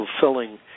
fulfilling